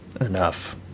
enough